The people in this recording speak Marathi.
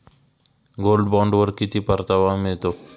गोल्ड बॉण्डवर किती परतावा मिळतो?